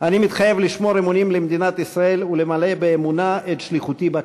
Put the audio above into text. "אני מתחייב לשמור אמונים למדינת ישראל ולמלא באמונה את שליחותי בכנסת".